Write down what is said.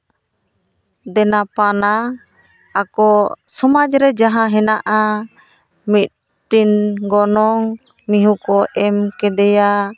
ᱫᱮᱱᱟ ᱯᱟᱣᱱᱟ ᱟᱠᱚ ᱥᱚᱢᱟᱡᱽ ᱨᱮ ᱡᱟᱦᱟᱸ ᱦᱮᱱᱟᱜᱼᱟ ᱢᱤᱫᱴᱤᱱ ᱜᱚᱱᱚᱝ ᱢᱤᱦᱩ ᱠᱚ ᱮᱢ ᱠᱮᱫᱮᱭᱟ